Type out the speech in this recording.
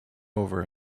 over